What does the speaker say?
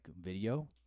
video